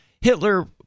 Hitler